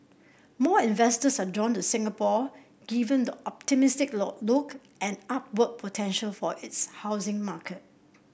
more investors are drawn to Singapore given the optimistic look and upward potential for its housing market